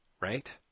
right